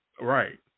Right